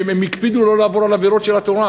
הם הקפידו לא לעבור על עבירות של התורה.